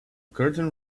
curtain